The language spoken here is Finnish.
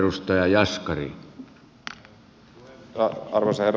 arvoisa herra puhemies